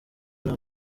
nta